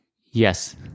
Yes